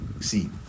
see